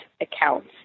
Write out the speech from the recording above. accounts